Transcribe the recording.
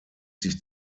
sich